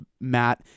Matt